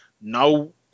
no